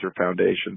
Foundation